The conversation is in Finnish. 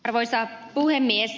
arvoisa puhemies